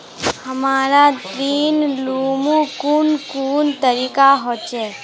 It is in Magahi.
हमरा ऋण लुमू कुन कुन तरीका होचे?